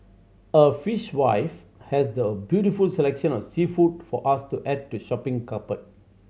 a Fishwife has the beautiful selection of seafood for us to add to shopping